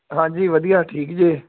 ਹਾਂਜੀ ਵਧੀਆ ਠੀਕ ਜੇ